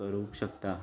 करूंक शकता